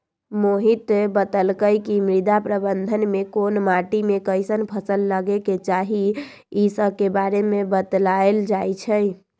मोहित बतलकई कि मृदा प्रबंधन में कोन माटी में कईसन फसल लगे के चाहि ई स के बारे में बतलाएल जाई छई